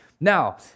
Now